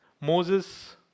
Moses